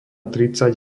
tridsať